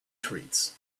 treats